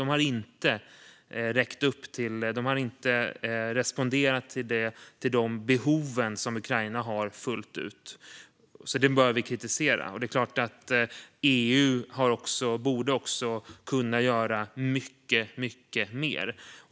De har inte fullt ut responderat till de behov som Ukraina har. Det bör vi kritisera. Det är klart att EU också borde kunna göra mycket mer.